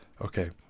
okay